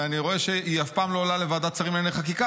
ואני רואה שהיא אף פעם לא עולה לוועדת שרים לענייני חקיקה,